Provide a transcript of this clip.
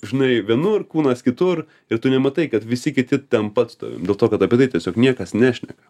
žinai vienur kūnas kitur ir tu nematai kad visi kiti ten pat dėl to kad apie tai tiesiog niekas nešneka